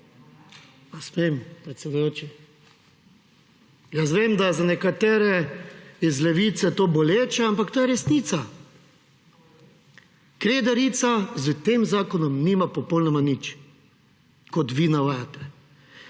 Ali smem, predsedujoči? Jaz vem, da je za nekatere iz Levice to boleče, ampak to je resnica. Kredarica s tem zakonom nima popolnoma nič, kot vi navajate.